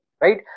Right